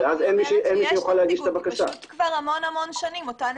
יש נציגות, אבל המון שנים זו אותה נציגות.